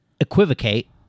equivocate